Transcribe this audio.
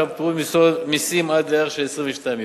שם פוטרים ממסים עד לערך של 22 יורו.